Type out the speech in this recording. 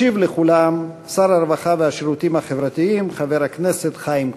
ישיב לכולם שר הרווחה והשירותים החברתיים חבר הכנסת חיים כץ.